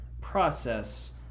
process